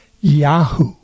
Yahoo